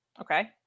Okay